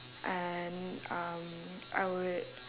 and um I would